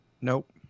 Nope